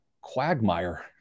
quagmire